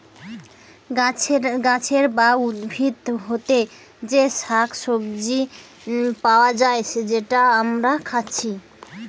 গাছের বা উদ্ভিদ হোতে যে শাক সবজি পায়া যায় যেটা আমরা খাচ্ছি